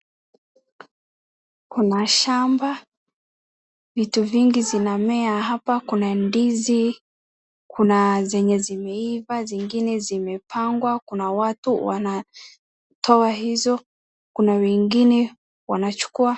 Kuna shamba vitu vingi zinamea, hapa kuna ndizi, kuna zenye zimeiva, zingine zimepangwa, kuna watu wanatoa hizo kuna wengine wanachukua.